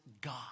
God